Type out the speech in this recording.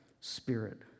spirit